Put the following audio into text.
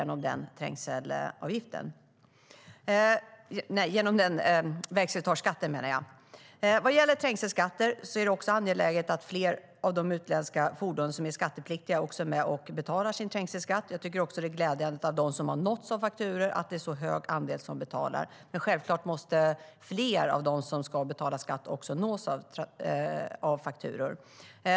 När det gäller trängselskatter är det också angeläget att fler av de utländska fordon som är skattepliktiga är med och betalar. Jag tycker att det är glädjande att det är en så pass hög andel av dem som har nåtts av fakturor som betalar, men självklart måste också fler av dem som ska betala skatt nås av fakturor.